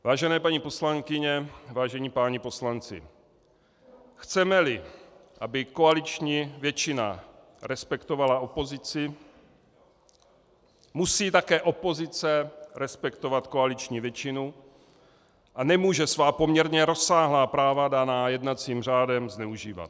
Vážené paní poslankyně, vážení páni poslanci, chcemeli, aby koaliční většina respektovala opozici, musí také opozice respektovat koaliční většinu a nemůže svá poměrně rozsáhlá práva daná jednacím řádem zneužívat.